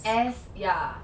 as ya